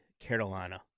Carolina